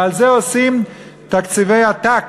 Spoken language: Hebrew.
ועל זה עושים תקציבי עתק